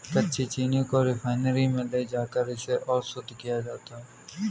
कच्ची चीनी को रिफाइनरी में ले जाकर इसे और शुद्ध किया जाता है